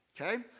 okay